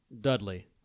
Dudley